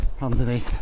underneath